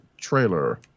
trailer